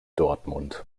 dortmund